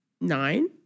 Nine